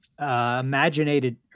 imaginated